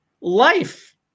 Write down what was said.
life